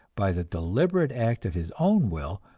by the deliberate act of his own will,